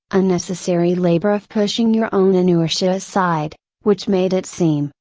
unnecessary labor of pushing your own inertia aside, which made it seem,